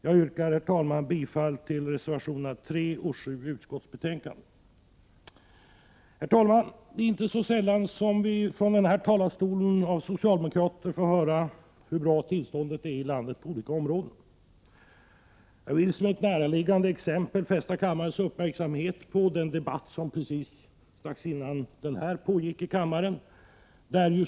Jag yrkar, herr talman, bifall till reservationerna 3 och 7 i utskottets betänkande. Det är inte så sällan som vi från den här talarstolen får höra av socialdemokrater hur bra tillståndet är i landet på olika områden. Jag vill som ett närliggande exempel fästa kammarens uppmärksamhet på den debatt som strax före denna pågick i kammaren.